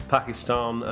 Pakistan